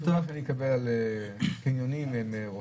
--- על קניונים עם רופאים.